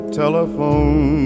telephone